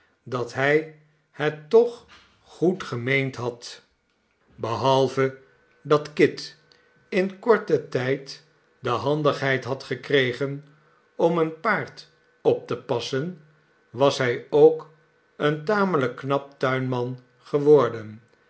dat hij het toch goed gemeend had behalve dat kit in korten tijd de handigheid had gekregen om een paard op te passen was hij ook een tamelijk knap tuinman geworden